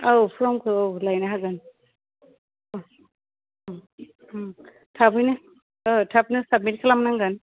औ फर्मखौ लायनो हागोन अ अ ओं थाबैनो थाबनो साबमिट खालामनांगोन